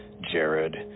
Jared